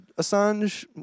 Assange